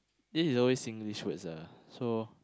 this is always Singlish words ah so